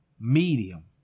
medium